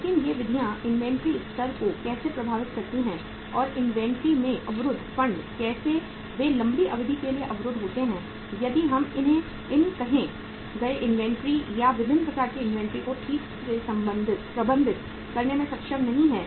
लेकिन ये विधियां इन्वेंट्री स्तर को कैसे प्रभावित करती हैं और इन्वेंट्री में अवरुद्ध फंड कैसे वे लंबी अवधि के लिए अवरुद्ध होते हैं यदि हम इन कहे गए इन्वेंट्री या विभिन्न प्रकार के इन्वेंट्री को ठीक से प्रबंधित करने में सक्षम नहीं हैं